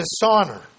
dishonor